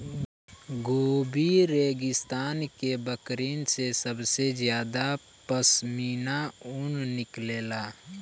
Gobi रेगिस्तान के बकरिन से सबसे ज्यादा पश्मीना ऊन निकलेला